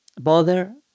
bother